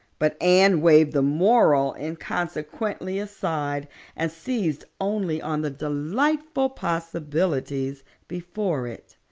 but anne waved the moral inconsequently aside and seized only on the delightful possibilities before it.